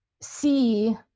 see